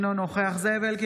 אינו נוכח זאב אלקין,